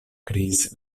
kriis